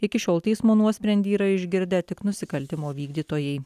iki šiol teismo nuosprendį yra išgirdę tik nusikaltimo vykdytojai